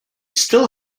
still